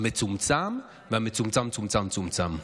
המצומצם והמצומצם-צומצם-צומצם.